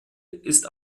ist